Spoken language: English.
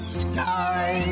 sky